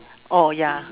oh ya